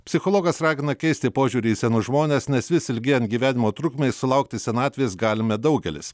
psichologas ragina keisti požiūrį į senus žmones nes vis ilgėjant gyvenimo trukmei sulaukti senatvės galime daugelis